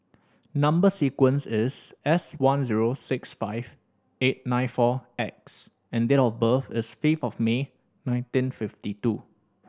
number sequence is S one zero six five eight nine four X and date of birth is fifth of May nineteen fifty two